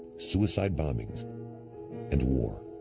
suicide bombings and war.